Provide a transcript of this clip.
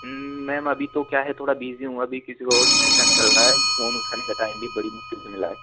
ma'am अभी तो क्या है थोड़ा बीज़ी हूँ अभी किसी को और ट्रीटमेंट चल रहा है फ़ोन उठाने का टाइम भी बड़ी मुश्किल से मिला है